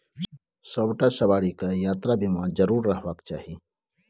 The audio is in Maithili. सभटा सवारीकेँ यात्रा बीमा जरुर रहबाक चाही